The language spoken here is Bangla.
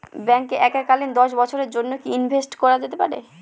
ব্যাঙ্কে এককালীন দশ বছরের জন্য কি ইনভেস্ট করা যেতে পারে?